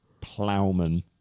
Plowman